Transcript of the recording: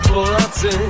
Polacy